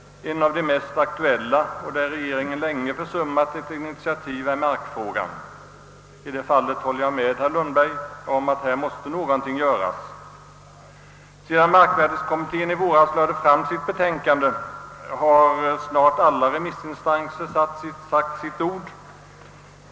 En av de mest aktuella är markfrågan, där regeringen länge försummat att ta ett initiativ. I det fallet håller jag med herr Lundberg om att någonting måste göras. Sedan markvärdekommittén i våras lade fram sitt betänkande, har snart alla remissinstanser sagt sitt ord.